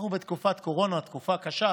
אנחנו בתקופת קורונה, תקופה קשה.